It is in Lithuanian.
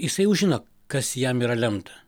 jisai jau žino kas jam yra lemta